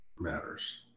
Matters